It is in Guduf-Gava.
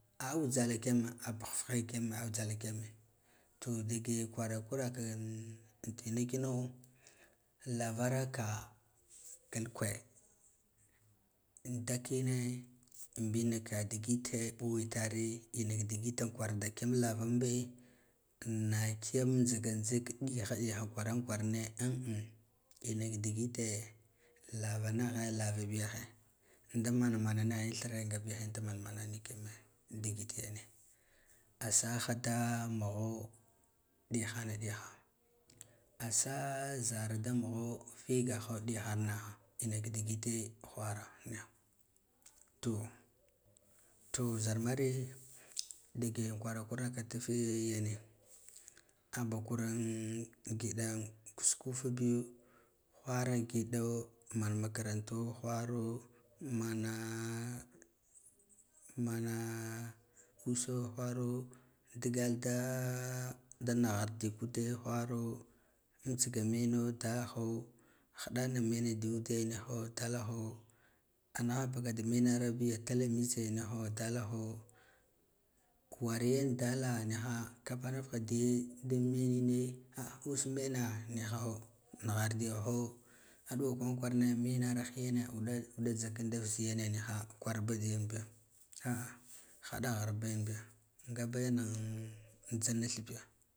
A aɗha kiyame a bafhe kiyame ajhal kiyame todage kwarakura kan atina kino lavaraka kelkwe da kine an mbina ka digite mbu itare inaka digite kwar da kiyam lavan mbe anna laigam jhiga jhige ɗiham ɗiha kwarane inaka digite lavanaghe lava biyahe nd amanamana naghin thire ngabi him da manmana ni kiyeme digite yene asaha da mugho ɗihana ɗi ha asaa zara da mugho vigaho dihanaha maka do ide whara niha to, to zarmare ndige kwara tufe yene anbakuran ngidan kas ufabi whara ngido man makaranto wharo mana mana uso whara digalda naghirdi ka ude whara anmitsaga meno dalho hidana mena da ude niho dalhjo anagha baka da menarbiga tila mitse niho dalho kuwar yan dala niho kapa nuf ha diye dan menme usmena niha nighar diho aduwa kwaran kwarane menar hayane uda, uda jhakin daf dine niha kwar ba di yenbi hada ghurba yanbiya nga ba yan nin tsa d nith biya